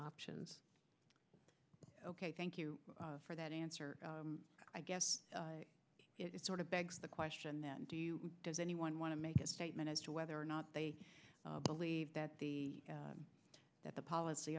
options ok thank you for that answer i guess it sort of begs the question do you does anyone want to make a statement as to whether or not they believe that the that the policy